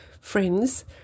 Friends